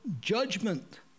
judgment